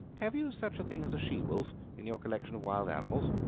have you such a thing as a she-wolf in your collection of wild animals?